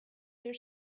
their